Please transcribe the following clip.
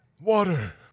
Water